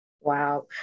Wow